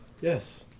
yes